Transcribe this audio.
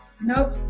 Nope